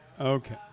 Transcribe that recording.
Okay